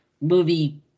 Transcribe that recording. movie